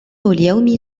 اليوم